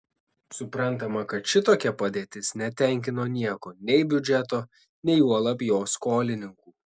suprantama kad šitokia padėtis netenkino nieko nei biudžeto nei juolab jo skolininkų